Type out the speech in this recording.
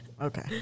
Okay